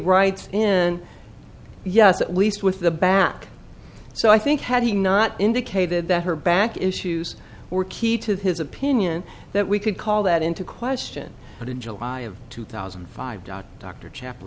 writes and yes at least with the back so i think had he not indicated that her back issues were key to his opinion that we could call that into question but in july of two thousand and five doc doctor chap